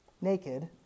naked